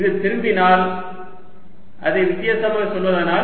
இது திரும்பினால் அதை வித்தியாசமாக சொல்வதானால்